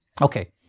Okay